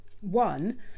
one